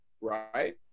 right